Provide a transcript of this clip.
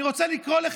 אני רוצה לקרוא לך,